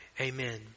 Amen